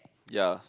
ya